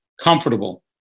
comfortable